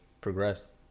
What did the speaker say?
progress